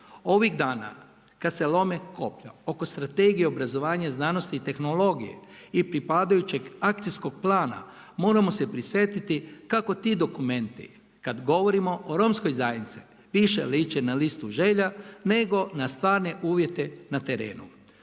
Ovih dana, kad se lome koplja, oko strategije obrazovanja, znanosti i tehnologije i pripadajućeg akcijskog plana, moramo se prisjetiti, kako ti dokumenti kad govorimo o romskoj zajednici, više liče na listu želja, nego na stvarne uvijete na terenu.